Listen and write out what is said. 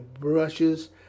brushes